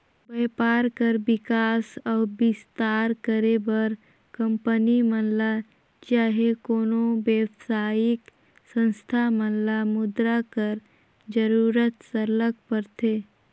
बयपार कर बिकास अउ बिस्तार करे बर कंपनी मन ल चहे कोनो बेवसायिक संस्था मन ल मुद्रा कर जरूरत सरलग परथे